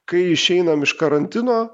kai išeinam iš karantino